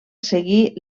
seguir